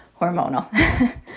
hormonal